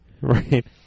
Right